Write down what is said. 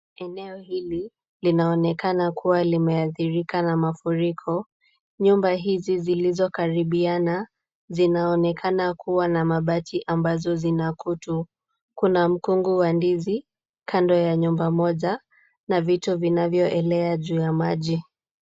Eneo hili linaonekana kuwa limeadhirika na mafuriko. Nyumba hizi zilizokaribiana, zinaonekana kuwa na mabati ambazo zina kutu. Kuna mkungu wa ndizi kando ya nyumba moja na vitu vinavyoelea juu ya maji.